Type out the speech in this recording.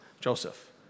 Joseph